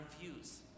views